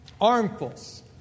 armfuls